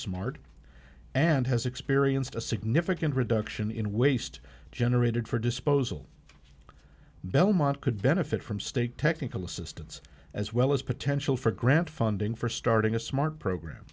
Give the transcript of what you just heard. smart and has experienced a significant reduction in waste generated for disposal belmont could benefit from state technical assistance as well as potential for grant funding for starting a smart program